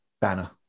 banner